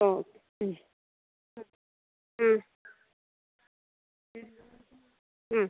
ഓ മ് മ് മ്